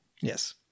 Yes